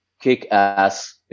kick-ass